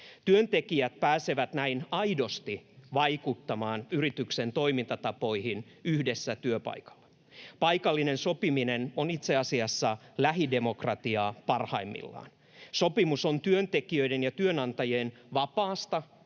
Työntekijät pääsevät näin aidosti vaikuttamaan yrityksen toimintatapoihin yhdessä työpaikalla. Paikallinen sopiminen on itse asiassa lähidemokratiaa parhaimmillaan. Sopimus on työntekijöiden ja työnantajien vapaasti